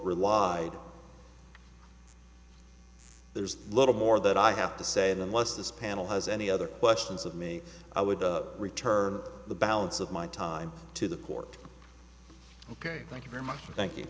relied there's little more that i have to say than what's this panel has any other questions of me i would return the balance of my time to the court ok thank you very much thank you